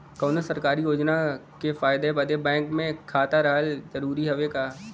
कौनो सरकारी योजना के फायदा बदे बैंक मे खाता रहल जरूरी हवे का?